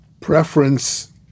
preference